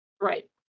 Right